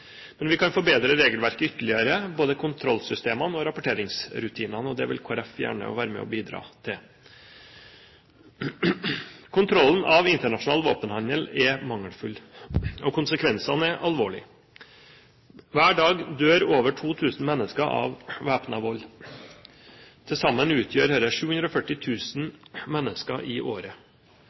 Men vi kan forbedre regelverket ytterligere, både kontrollsystemene og rapporteringsrutinene, og det vil Kristelig Folkeparti gjerne være med og bidra til. Kontrollen med internasjonal våpenhandel er mangelfull. Konsekvensene er alvorligere. Hver dag dør over 2 000 mennesker av væpnet vold. Til sammen utgjør dette 740 000 mennesker i året.